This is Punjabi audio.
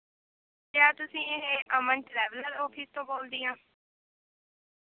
ਕਿਆ ਤੁਸੀਂ ਅਮਨ ਟਰੈਵਲਰ ਔਫਿਸ ਤੋਂ ਬੋਲਦੇ ਹਾਂ